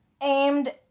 aimed